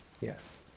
Yes